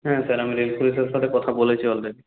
হ্যাঁ স্যার আমি রেল পুলিশের সাথে কথা বলেছি অলরেডি